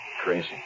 Crazy